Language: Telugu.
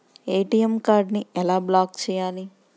ఏ.టీ.ఎం కార్డుని ఎలా బ్లాక్ చేయాలి?